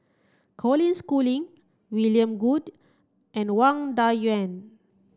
Colin Schooling William Goode and Wang Dayuan